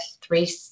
three